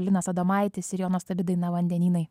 linas adomaitis ir jo nuostabi daina vandenynai